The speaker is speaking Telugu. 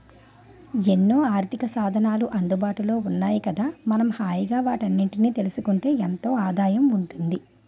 ఎన్నో ఆర్థికసాధనాలు అందుబాటులో ఉన్నాయి కదా మనం హాయిగా వాటన్నిటినీ తెలుసుకుంటే ఎంతో ఆదాయం ఉంటుంది